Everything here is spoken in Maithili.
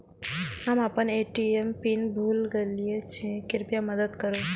हम आपन ए.टी.एम पिन भूल गईल छी, कृपया मदद करू